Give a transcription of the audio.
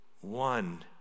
one